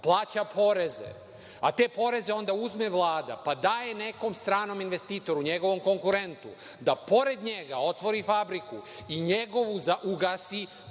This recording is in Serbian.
plaća poreze, a te poreze onda uzme Vlada pa daje nekom stranom investitoru, njegovom konkurentu da pored njega otvori fabriku i njegovu ugasi, pa